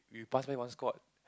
we pass by one squad